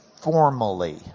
formally